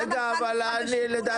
שהיה מנכ"ל משרד השיכון,